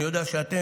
אני יודע שאתם,